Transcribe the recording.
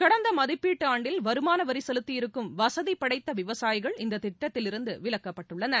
கடந்த மதிப்பீட்டு ஆண்டில் வருமானவரி செலுத்தியிருக்கும் வசதி படைத்த விவசாயிகள் இந்த திட்டத்திலிருந்து விலக்கப்பட்டுள்ளனர்